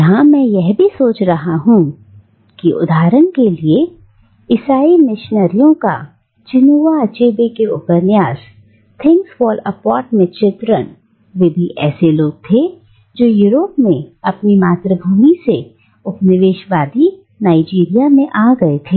यहां मैं यह भी सोच रहा हूं उदाहरण के लिए ईसाई मिशनरियों का चिनुआ अच्छेबे के उपन्यास थिंग्स फॉल अपार्ट में चित्रण वे भी ऐसे लोग थे जो यूरोप में अपनी मातृभूमि से उपनिवेशवादी नाइजीरिया में आ गए हैं